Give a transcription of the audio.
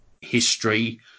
history